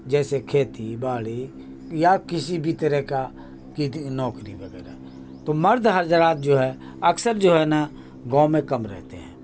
جیسے کھیتی باڑی یا کسی بھی طرح کا کی نوکری وغیرہ تو مرد حضرات جو ہے اکثر جو ہے نا گاؤں میں کم رہتے ہیں